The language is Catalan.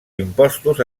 impostos